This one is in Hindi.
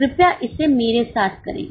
कृपया इसे मेरे साथ करें